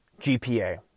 GPA